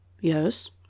Yes